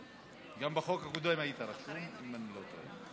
גם בחוק הקודם היית רשום, אם אני לא טועה.